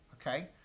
okay